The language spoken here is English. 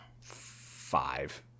five